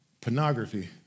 pornography